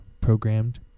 programmed